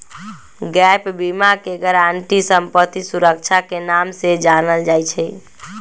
gap बीमा के guarantee संपत्ति सुरक्षा के नाम से जानल जाई छई